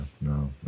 no